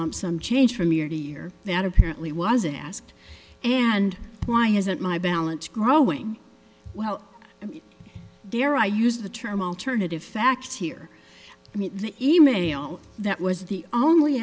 lump sum change from year to year that apparently wasn't asked and why isn't my balance growing well dare i use the term alternative facts here i mean the e mail that was the only